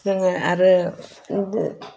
जोङो आरो बिदि